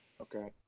Okay